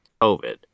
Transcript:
COVID